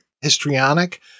histrionic